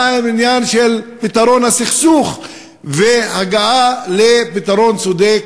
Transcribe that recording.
מה עם העניין של פתרון הסכסוך והגעה לפתרון צודק?